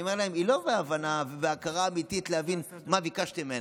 אני אומר להם: היא לא בהבנה ובהכרה אמיתית להבין מה ביקשתם ממנה.